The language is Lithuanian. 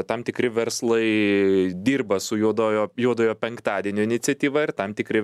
tam tikri verslai dirba su juodojo juodojo penktadienio iniciatyva ir tam tikri